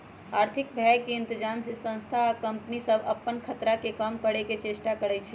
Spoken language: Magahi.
आर्थिक भय के इतजाम से संस्था आ कंपनि सभ अप्पन खतरा के कम करए के चेष्टा करै छै